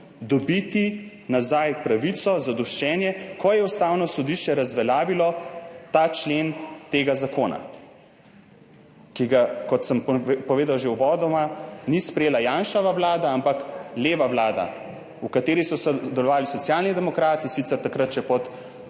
dobiti nazaj pravico, zadoščenje, ko je Ustavno sodišče razveljavilo ta člen tega zakona, ki ga, kot sem povedal že uvodoma, ni sprejela Janševa vlada, ampak leva vlada, v kateri so sodelovali Socialni demokrati, sicer takrat še pod